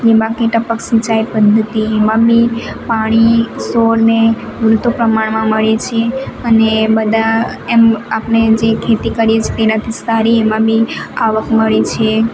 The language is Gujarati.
ને બાકી ટપક સિંચાઈ પદ્ધતિ એમાં ભી પાણી છોડને મૂળ તો પ્રમાણમાં મળે છે અને બધા એમ આપણે જે ખેતી કરી છે તેનાથી સારી એમાં બી આવક મળે છે